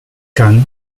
can